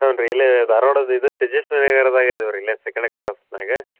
ಹ್ಞೂ ರೀ ಇಲ್ಲೇ ಧಾರ್ವಾಡದಿದು ತೇಜಸ್ವಿ ನಗರದಾಗ ಅದೇವೆ ರೀ ಇಲ್ಲೇ ಸೆಕೆಂಡ್ನೇ ಕ್ರಾಸ್ನಾಗ